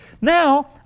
Now